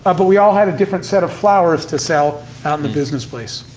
ah but we all had a different set of flowers to sell out in the business place.